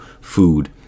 Food